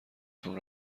تون